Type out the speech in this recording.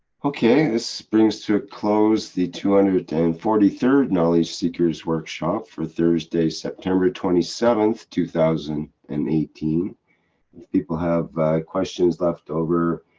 ok. this brings to a close the two hundred and forty third knowledge seekers workshop for thursday, september twenty seven, two thousand and eighteen. if people have questions left over,